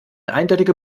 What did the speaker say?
eindeutiger